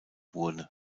wurde